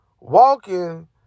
walking